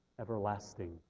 everlasting